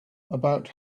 about